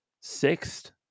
sixth